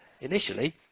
initially